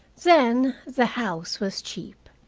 then, the house was cheap.